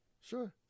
Sure